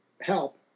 help